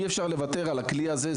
אי אפשר לוותר על הכלי הזה,